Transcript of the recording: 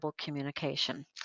communication